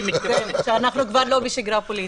אנחנו כבר לא בשגרה פוליטית.